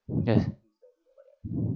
yes